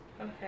Okay